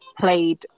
played